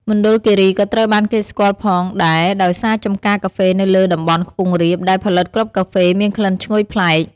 មណ្ឌលគិរីក៏ត្រូវបានគេស្គាល់ផងដែរដោយសារចម្ការកាហ្វេនៅលើតំបន់ខ្ពង់រាប ដែលផលិតគ្រាប់កាហ្វេមានក្លិនឈ្ងុយប្លែក។